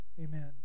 amen